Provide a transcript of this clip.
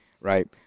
right